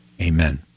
Amen